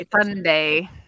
Sunday